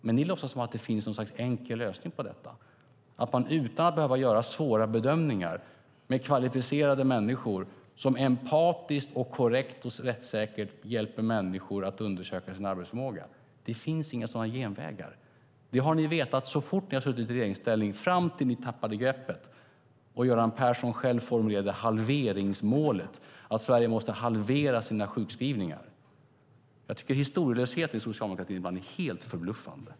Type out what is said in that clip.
Men ni låtsas som att det finns en enkel lösning på detta och att ingen kvalificerad behöver göra svåra bedömningar för att empatiskt, korrekt och rättssäkert hjälpa människor att undersöka sin arbetsförmåga. Det finns inga sådana genvägar. Det visste ni så länge ni var i regeringsställning, fram till dess att ni tappade greppet och Göran Persson själv formulerade halveringsmålet, det vill säga att Sverige skulle halvera antalet sjukskrivningar. Jag tycker att historielösheten i socialdemokratin ibland är helt förbluffande.